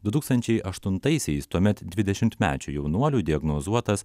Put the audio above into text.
du tūkstančiai aštuntaisiais tuomet dvidešimtmečio jaunuoliui diagnozuotas